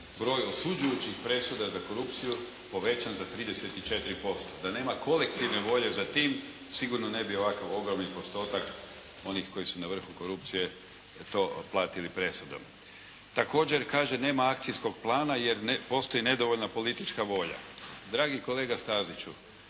broj osuđujućih presuda za korupciju povećan za 34%. Da nema kolektivne volje za tim sigurno ne bi ovakav ogroman postotak onih koji su na vrhu korupcije to platili presudom. Također kaže nema akcijskog plana jer postoji nedovoljna politička volja. Dragi kolega Staziću